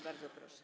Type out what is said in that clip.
Bardzo proszę.